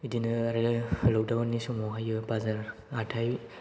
बिदिनो आरो लकदाउन नि समावहाय बाजार हाथाइ